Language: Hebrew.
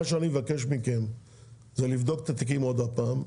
מה שאני מבקש מכם זה לבדוק את התיקים עוד הפעם,